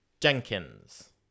Jenkins